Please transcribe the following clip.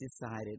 decided